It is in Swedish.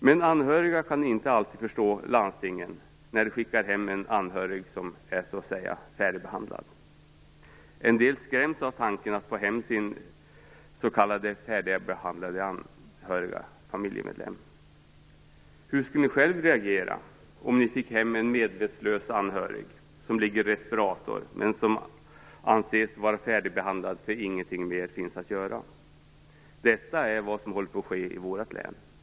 Men anhöriga kan inte alltid förstå landstingen när de skickar hem en anhörig som är färdigbehandlad. En del skräms av tanken att få hem sin s.k. färdigbehandlade familjemedlem. Hur skulle ni själv reagera om ni fick hem en medvetslös anhörig som ligger i respirator, men som anses vara färdigbehandlad därför att ingenting mer finns att göra? Detta är vad som håller på att ske i vårt län.